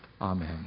Amen